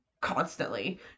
constantly